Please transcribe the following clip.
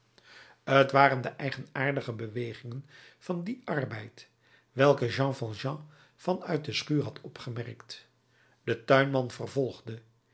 t waren de eigenaardige bewegingen van dien arbeid welke jean valjean van uit de schuur had opgemerkt de tuinman vervolgde